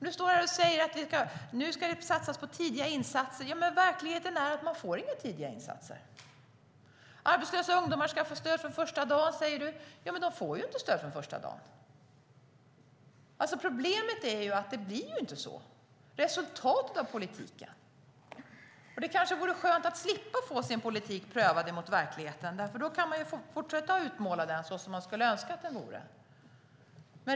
Du står här och säger: Nu ska det satsas på tidiga insatser. Men verkligheten är att man inte får några tidiga insatser. Arbetslösa ungdomar ska få stöd från första dagen, säger du. Men de får ju inte stöd från första dagen. Problemet är att det inte blir så. Det handlar om resultatet av politiken. Det kanske vore skönt att slippa få sin politik prövad mot verkligheten, för då kan man ju fortsätta att utmåla den så som man skulle önska att den vore.